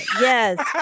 Yes